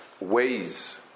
ways